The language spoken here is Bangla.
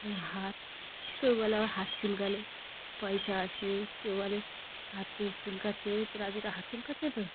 হাত কেউ বলে আবার হাত চুলকালে পয়সা আসে কেউ বলে হাত চুলকাচ্ছে তো র যেটা হাত চুলকাচ্ছে তো